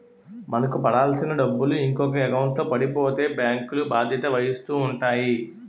మనకు పడాల్సిన డబ్బులు ఇంకొక ఎకౌంట్లో పడిపోతే బ్యాంకులు బాధ్యత వహిస్తూ ఉంటాయి